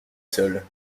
seul